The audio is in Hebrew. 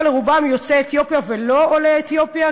לרובם יוצאי אתיופיה ולא עולי אתיופיה,